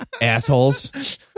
Assholes